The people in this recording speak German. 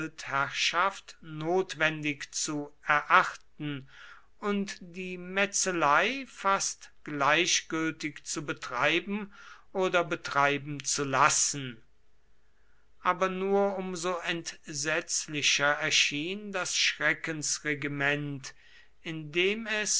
gewaltherrschaft notwendig zu erachten und die metzelei fast gleichgültig zu betreiben oder betreiben zu lassen aber nur um so entsetzlicher erschien das schreckensregiment indem es